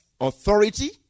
authority